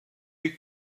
you